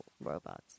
robots